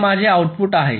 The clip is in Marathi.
हे माझे आउटपुट आहे